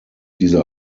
diese